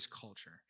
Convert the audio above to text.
culture